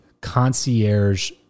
concierge